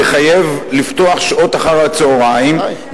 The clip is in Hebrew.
יחייב לפתוח בשעות אחר-הצהריים,